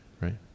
right